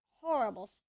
horrible